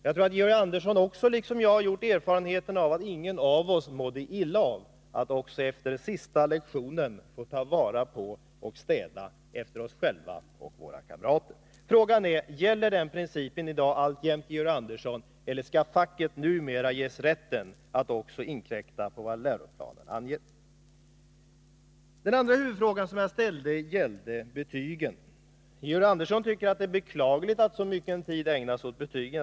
Jag tror att Georg Andersson också, liksom jag, har gjort erfarenheten att man inte mådde illa av att efter sista lektionen också få städa efter sig själv och sina kamrater. Frågan är: Gäller den principen i dag alltjämt, Georg Andersson, eller skall facket numera ges rätt att också inkräkta på vad läroplanen anger? Den andra huvudfrågan som jag ställde gällde betygen. Georg Andersson tycker att det är beklagligt att så mycken tid ägnas åt betyg.